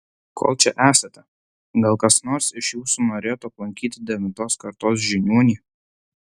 kol čia esate gal kas nors iš jūsų norėtų aplankyti devintos kartos žiniuonį